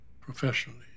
professionally